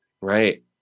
Right